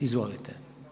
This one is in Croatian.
Izvolite.